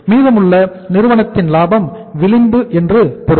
மீதமுள்ளவை நிறுவனத்தின் லாபத்தின் விளிம்பு என்று பொருள்